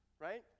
Right